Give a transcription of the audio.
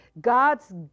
God's